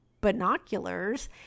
binoculars